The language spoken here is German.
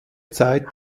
zeit